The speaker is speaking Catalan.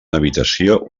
habitació